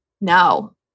No